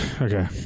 Okay